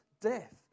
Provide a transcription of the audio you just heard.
death